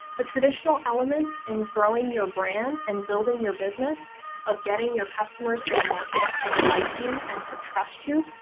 the traditional elements in growing your brand and building your business of getting your customers and the market to like you and to trust you,